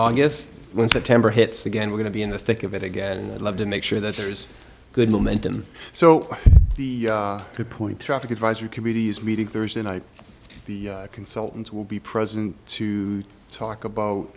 august when september hits again we're going to be in the thick of it again and i'd love to make sure that there's good momentum so the good point traffic advisory committee is meeting thursday night the consultants will be present to talk about